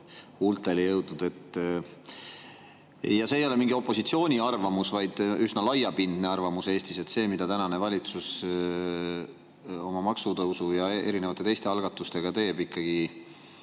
huultele jõudnud. See ei ole mingi opositsiooni arvamus, vaid üsna laiapindne arvamus Eestis, et see, mida tänane valitsus oma maksutõusude ja erinevate teiste algatustega teeb, kägistab